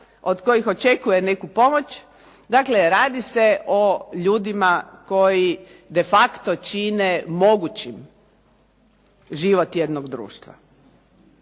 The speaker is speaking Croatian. od kojih očekuje neku pomoć. Dakle, radi se o ljudima koji defacto čine mogućim život jednog društva.